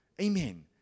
Amen